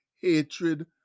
hatred